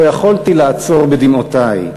לא יכולתי לעצור בדמעותי.